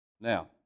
Now